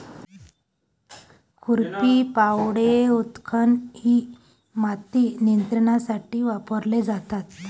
खुरपी, फावडे, उत्खनन इ माती नियंत्रणासाठी वापरले जातात